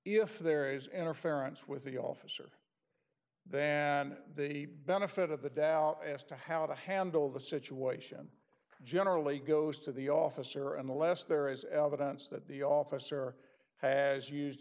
if there is interference with the officer then the benefit of the doubt as to how to handle the situation generally goes to the officer unless there is evidence that the officer has used